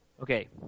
Okay